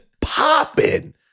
popping